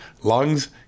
lungs